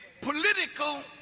political